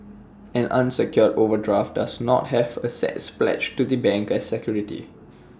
an unsecured overdraft does not have assets pledged to the bank as security